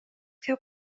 ska